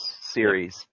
series